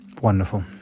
wonderful